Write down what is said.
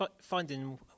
finding